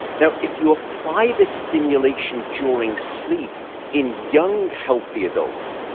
now if you apply this stimulation during sleep in young, healthy adults,